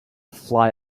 fly